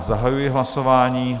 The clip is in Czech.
Zahajuji hlasování.